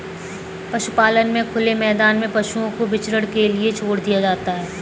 पशुपालन में खुले मैदान में पशुओं को विचरण के लिए छोड़ दिया जाता है